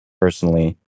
personally